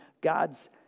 God's